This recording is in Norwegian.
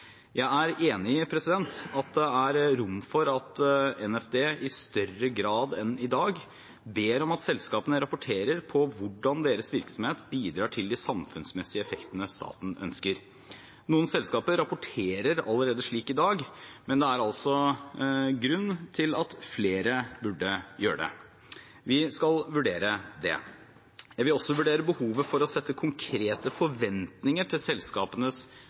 Jeg er enig i at det er rom for at NFD i større grad enn i dag ber om at selskapene rapporterer på hvordan deres virksomhet bidrar til de samfunnsmessige effektene staten ønsker. Noen selskaper rapporterer allerede slik i dag, men det er altså grunn til at flere burde gjøre det. Vi skal vurdere det. Jeg vil også vurdere behovet for å sette konkrete forventninger til